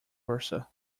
versa